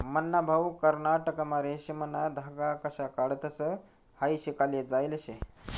मन्हा भाऊ कर्नाटकमा रेशीमना धागा कशा काढतंस हायी शिकाले जायेल शे